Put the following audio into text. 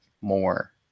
more